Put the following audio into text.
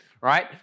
right